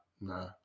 nah